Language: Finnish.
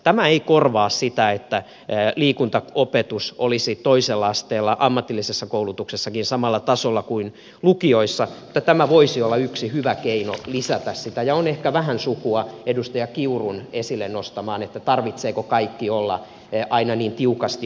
tämä ei korvaa sitä että liikuntaopetus olisi toisella asteella ammatillisessa koulutuksessakin samalla tasolla kuin lukioissa mutta tämä voisi olla yksi hyvä keino lisätä sitä ja on ehkä vähän sukua edustaja kiurun esille nostamaan että tarvitseeko kaiken olla aina niin tiukasti ohjattua